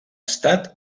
estat